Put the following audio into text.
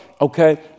Okay